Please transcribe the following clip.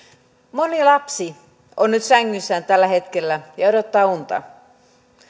moni lapsi on nyt sängyssään tällä hetkellä ja odottaa unta